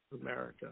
America